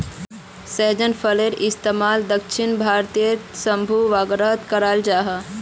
सहजन फलिर इस्तेमाल दक्षिण भारतोत साम्भर वागैरहत कराल जहा